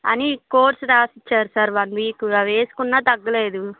అని కోర్స్ రాసిచ్చారు sir one week అవి వేసుకున్నా తగ్గలేదు